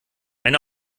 eine